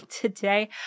today